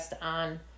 on